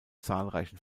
zahlreichen